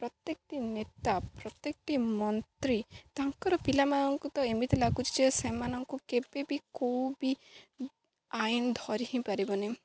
ପ୍ରତ୍ୟେକଟି ନେତା ପ୍ରତ୍ୟେକଟି ମନ୍ତ୍ରୀ ତାଙ୍କର ପିଲାମାନଙ୍କୁ ତ ଏମିତି ଲାଗୁଛି ଯେ ସେମାନଙ୍କୁ କେବେ ବିି କୋଉ ବିି ଆଇନ୍ ଧରି ହିଁ ପାରିବନି